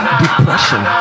depression